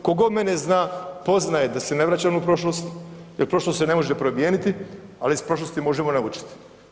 Tko god mene zna, poznaje da se ne vraćam u prošlost jer prošlost se ne može promijeniti ali iz prošlosti možemo naučiti.